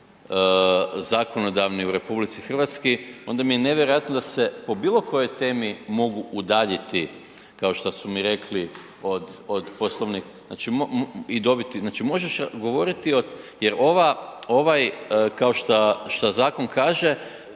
zakonodavni u RH, onda mi je nevjerojatno da se po bilokojoj temi mogu udaljiti kao šta su mi rekli od Poslovnika i dobiti, znači možeš govoriti jer ovaj kao šta zakon kaže,